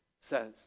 says